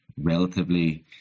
relatively